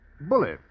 Bully